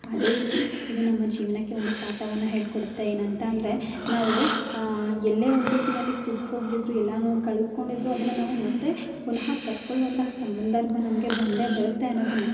ಅದೇ ರೀತಿ ಇದು ನಮ್ಮ ಜೀವನಕ್ಕೆ ಒಂದು ಪಾಠವನ್ನ ಹೇಳ್ಕೊಡುತ್ತೆ ಏನು ಅಂತ ಅಂದರೆ ನಾವು ಎಲ್ಲಿಯೇ ಒಂದು ರೀತಿಯಲ್ಲಿ ಕುಗ್ಗೋಗಿದ್ರೂನು ಕಳ್ಕೊಂಡಿದ್ರು ಅದನ್ನ ನಾವು ಮತ್ತೆ ಪುನಃ ಪಡ್ಕೊಳ್ಳುವಂತಹ ಸಂದರ್ಭ ನಮಗೆ ಬಂದೇ ಬರುತ್ತೆ ಅನ್ನೋದನ್ನು